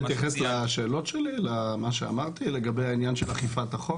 מה לגבי השאלה שלי על אכיפת החוק?